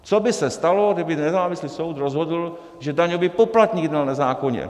Co by se stalo, kdyby nezávislý soud rozhodl, že daňový poplatník jednal nezákonně?